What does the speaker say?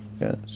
Yes